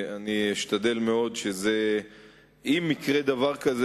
ואשתדל מאוד שאם יקרה דבר כזה,